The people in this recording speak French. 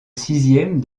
sixième